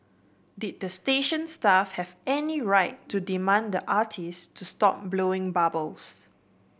did the station staff have any right to demand the artist to stop blowing bubbles